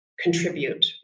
contribute